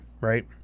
right